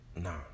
nah